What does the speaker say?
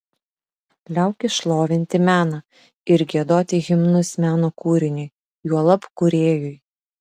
liaukis šlovinti meną ir giedoti himnus meno kūriniui juolab kūrėjui